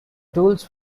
tools